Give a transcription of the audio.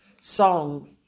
song